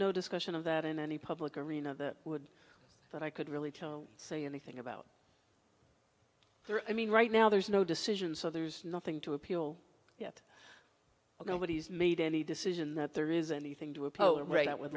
no discussion of that in any public arena that would that i could really say anything about i mean right now there's no decision so there's nothing to appeal yet nobody's made any decision that there is anything to